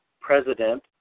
president